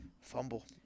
Fumble